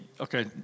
okay